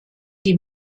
die